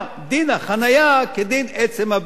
דין החנייה כדין עצם הבנייה.